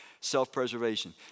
self-preservation